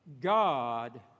God